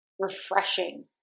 refreshing